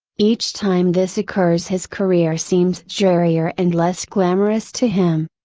each time this occurs his career seems drearier and less glamorous to him.